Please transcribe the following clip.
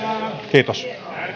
kiitos